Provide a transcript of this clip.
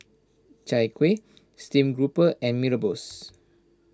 Chai Kuih Stream Grouper and Mee Rebus